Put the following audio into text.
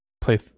Play